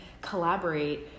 collaborate